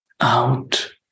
out